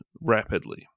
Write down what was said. rapidly